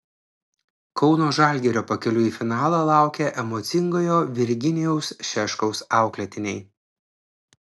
kauno žalgirio pakeliui į finalą laukia emocingojo virginijaus šeškaus auklėtiniai